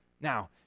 Now